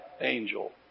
angel